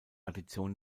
addition